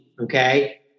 okay